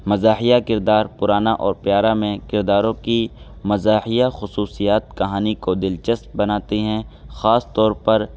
مزاحیہ کردار پرانا اور پیارا میں کرداروں کی مزاحیہ خصوصیات کہانی کو دلچسپ بناتی ہیں خاص طور پر